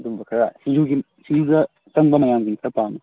ꯑꯗꯨꯝꯕ ꯈꯔ ꯁꯤꯡꯖꯨꯒꯤ ꯁꯤꯡꯗꯨꯗ ꯆꯪꯕ ꯃꯌꯥꯟꯁꯤꯡ ꯈꯔ ꯄꯥꯝꯃꯤ